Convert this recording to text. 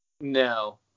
No